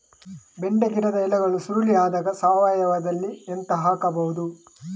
ಬೆಂಡೆ ಗಿಡದ ಎಲೆಗಳು ಸುರುಳಿ ಆದಾಗ ಸಾವಯವದಲ್ಲಿ ಎಂತ ಹಾಕಬಹುದು?